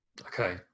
okay